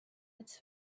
its